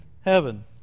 heaven